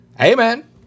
Amen